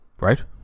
Right